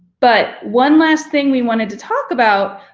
but one last thing we wanted to talk about,